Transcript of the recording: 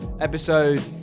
Episode